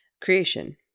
creation